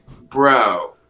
bro